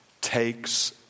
Takes